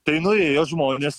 tai nuėjo žmonės